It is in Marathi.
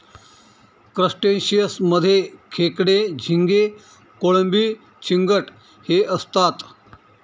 क्रस्टेशियंस मध्ये खेकडे, झिंगे, कोळंबी, चिंगट हे असतात